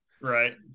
Right